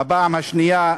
בפעם השנייה,